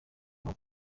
kuba